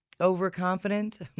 overconfident